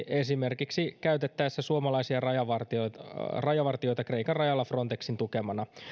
esimerkiksi käytettäessä suomalaisia rajavartijoita rajavartijoita kreikan rajalla frontexin tukena